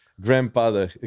grandfather